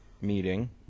meeting